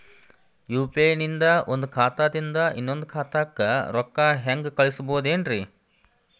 UPI ನಿಂದ ಒಂದ್ ಖಾತಾದಿಂದ ಇನ್ನೊಂದು ಖಾತಾಕ್ಕ ರೊಕ್ಕ ಹೆಂಗ್ ಕಳಸ್ಬೋದೇನ್ರಿ?